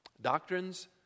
Doctrines